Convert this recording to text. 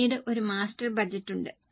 പിന്നീട് ഒരു master budget ഉണ്ട്